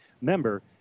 member